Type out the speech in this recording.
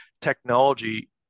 technology